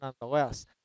nonetheless